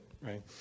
right